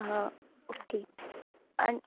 okay आनी